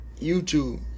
YouTube